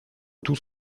tout